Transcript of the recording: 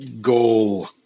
goal